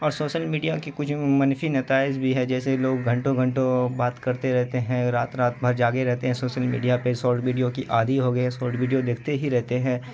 اور social media کی کچھ منفی نتائج بھی ہے جیسے لوگ گھنٹوں گھنٹوں بات کرتے رہتے ہیں رات رات بھر جاگے رہتے ہیں سوشل میڈیا پہ سارٹ بیڈیو کی عادی ہوگئے اور بیڈیو دیکھتے ہی رہتے ہیں